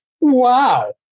wow